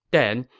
then,